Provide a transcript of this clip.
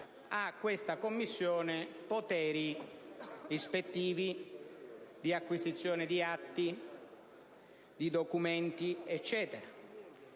a questa Commissione poteri ispettivi, di acquisizione di atti, di documenti e così